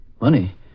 Money